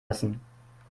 lassen